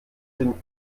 dem